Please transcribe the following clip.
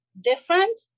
different